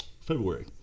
February